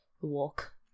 walk